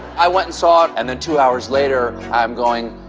i went and saw it, and then two hours later i'm going,